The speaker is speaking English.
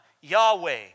Yahweh